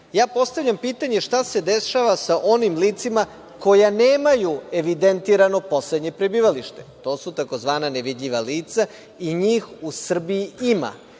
ja postavljam pitanje – šta se dešava sa onim licima koja nemaju evidentirano poslednje prebivalište? To su tzv. nevidljiva lica i njih u Srbiji ima